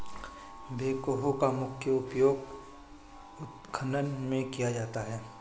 backhoe का मुख्य उपयोग उत्खनन में किया जाता है